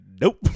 Nope